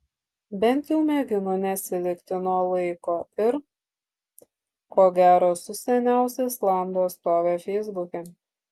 bent jau mėginu neatsilikti nuo laiko ir ko gero esu seniausia islandų atstovė feisbuke